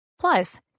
Plus